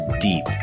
deep